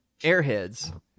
airheads